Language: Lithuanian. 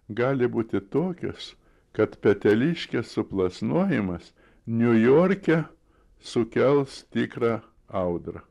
gali būti tokios kad peteliškės suplasnojimas niujorke sukels tikrą audrą